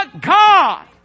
God